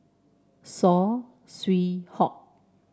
Saw Swee Hock